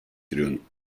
runt